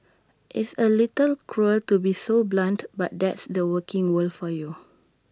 it's A little cruel to be so blunt but that's the working world for you